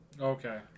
Okay